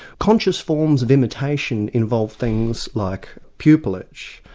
conscious forms of imitation involve things like pupilage,